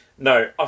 No